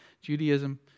Judaism